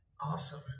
Awesome